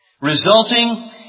Resulting